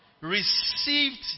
Received